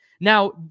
Now